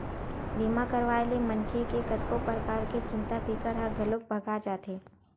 बीमा करवाए ले मनखे के कतको परकार के चिंता फिकर ह घलोक भगा जाथे